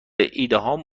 ایدههایم